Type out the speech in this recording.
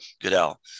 Goodell